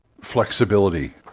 flexibility